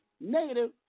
Negative